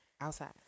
outside